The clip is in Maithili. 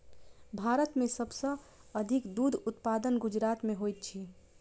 भारत में सब सॅ अधिक दूध उत्पादन गुजरात में होइत अछि